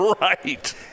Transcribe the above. Right